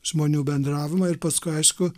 žmonių bendravimą ir paskui aišku